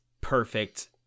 perfect